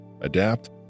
adapt